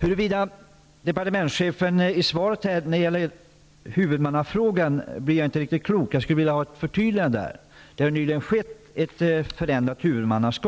När det gäller huvudmannaskapsfrågan blir jag inte riktigt klok på svaret. Jag skulle vilja ha ett förtydligande där. Huvudmannaskapet har nyligen förändrats.